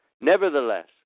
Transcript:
Nevertheless